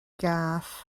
gath